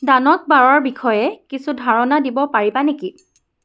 ডানত বাৰৰ বিষয়ে কিছু ধাৰণা দিব পাৰিবা নেকি